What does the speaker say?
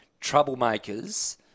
troublemakers